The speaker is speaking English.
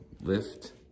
lift